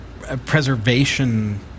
preservation